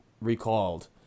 recalled